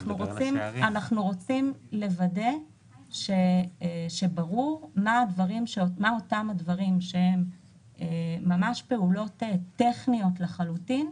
אנחנו רוצים לוודא שברור מה הדברים שהם ממש פעולות טכניות לחלוטין,